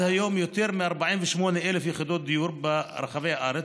היום יותר מ-48,000 יחידות דיור ברחבי הארץ,